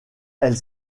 elle